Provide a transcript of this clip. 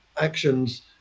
actions